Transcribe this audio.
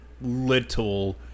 little